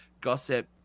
gossip